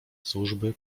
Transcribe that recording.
służby